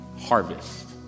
Harvest